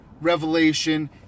revelation